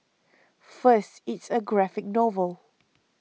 first it's a graphic novel